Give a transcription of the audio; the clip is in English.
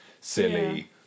silly